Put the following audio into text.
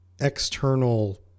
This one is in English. external